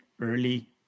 early